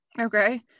okay